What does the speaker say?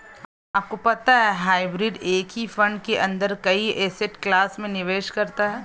आपको पता है हाइब्रिड एक ही फंड के अंदर कई एसेट क्लास में निवेश करता है?